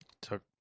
Took